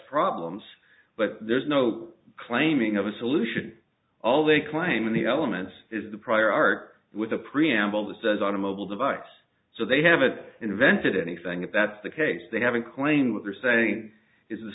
problems but there's no claiming of a solution all they claim in the elements is the prior art with a preamble that says on a mobile device so they haven't invented anything if that's the case they haven't claimed what they're saying is the